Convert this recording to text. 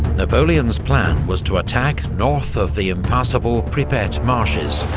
napoleon's plan was to attack north of the impassable pripet marshes,